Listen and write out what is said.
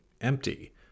empty